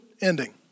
ending